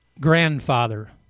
grandfather